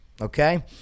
okay